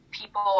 People